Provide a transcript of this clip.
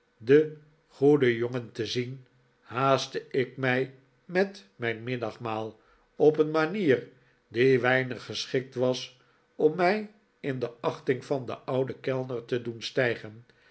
den goeden jongen te zien haastte ik mij met mijn middagmaal op een manier die weinig geschikt was om mij in de achting van den ouden kellner te doen stijgen